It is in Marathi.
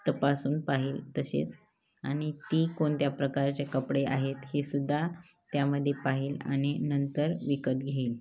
तपासून पाहील तसेच आणि ती कोणत्या प्रकारचे कपडे आहेत हे सुद्धा त्यामध्ये पाहील आणि नंतर विकत घेईन